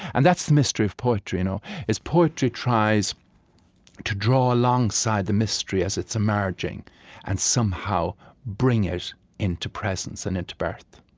and that's the mystery of poetry. you know poetry tries to draw alongside the mystery as it's emerging and somehow bring it into presence and into birth